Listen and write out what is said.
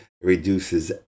reduces